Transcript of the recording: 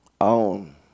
own